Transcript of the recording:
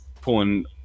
pulling